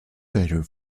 better